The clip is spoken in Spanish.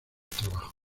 trabajos